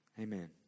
Amen